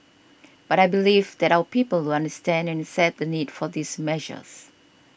but I believe that our people will understand and accept the need for these measures